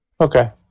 Okay